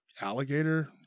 alligator